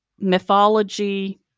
mythology